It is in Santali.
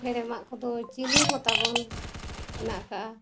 ᱦᱮᱲᱮᱢᱟᱜ ᱠᱚᱫᱚ ᱪᱤᱱᱤ ᱦᱚᱛᱟᱵᱚᱱ ᱢᱮᱱᱟᱜ ᱟᱠᱟᱜᱼᱟ